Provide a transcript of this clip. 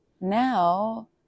now